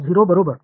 0 बरोबर